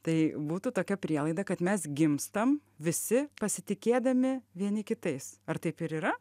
tai būtų tokia prielaida kad mes gimstam visi pasitikėdami vieni kitais ar taip ir yra